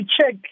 check